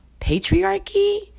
patriarchy